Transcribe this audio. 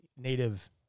native